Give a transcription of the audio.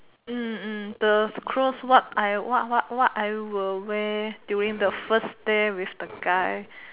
mm mm the clothes what I what what what I will wear during the first day with the guy